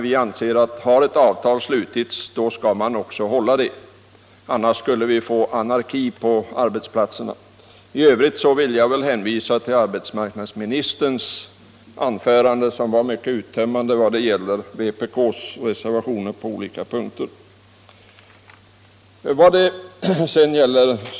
Vi anser att har ett avtal slutits, då skall man också hålla det, annars skulle vi få anarki på arbetsplatserna. I övrigt vill jag hänvisa till arbetsmarknadsministerns anförande, som var mycket uttömmande vad beträffar vpk:s reservationer på olika punkter.